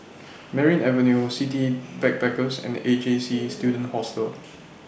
Merryn Avenue City Backpackers and A J C Student Hostel